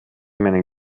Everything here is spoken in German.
meinen